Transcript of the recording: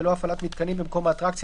בלא הפעלת מיתקנים במקום האטרקציה,